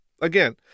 Again